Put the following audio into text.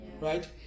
right